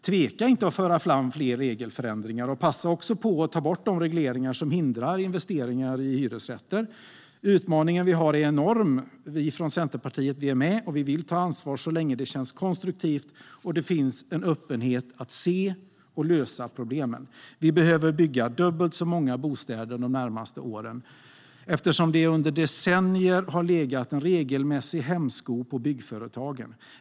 Tveka inte att föra fram fler regelförenklingar och passa också på att ta bort de regleringar som hindrar investeringar i hyresrätter! Utmaningen vi har är enorm. Vi från Centerpartiet är med och vill ta ansvar så länge det känns konstruktivt och det finns en öppenhet när det gäller att se och lösa problemen. Vi behöver bygga dubbelt så många bostäder de närmaste åren, eftersom det under decennier har legat en regelmässig hämsko på byggföretagen.